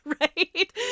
right